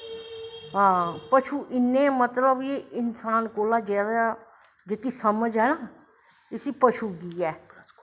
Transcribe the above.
हां पशू इन्नें मतलव कि इंसान कोला दा जादा जेह्की समझ ऐ ना इसी पशु गी ऐ